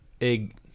egg